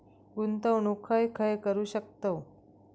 गुंतवणूक खय खय करू शकतव?